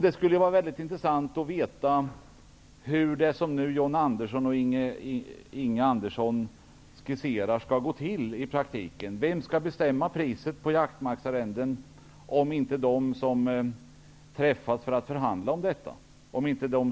Det skulle vara väldigt intressant att veta hur det John Andersson och Inge Carlsson skisserar skall gå till i verkligheten. Vem skall bestämma priset på jaktmarksarrenden, om inte de som träffats för att förhandla om detta?